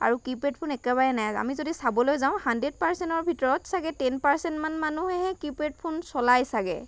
আৰু keypad phone একেবাৰেই নাই আমি যদি চাবলৈ যাওঁ হাণ্ড্ৰেড পাৰ্চেণ্টৰ ভিতৰত চাগৈ টেন পাৰ্চেণ্ট মান মানুহেহে কিপেড ফোন চলায় চাগৈ